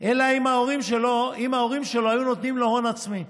אלא אם כן ההורים שלו היו נותנים לו הון עצמי,